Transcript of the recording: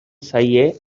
zaie